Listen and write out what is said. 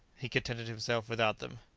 he contented himself without them.